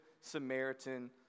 Samaritan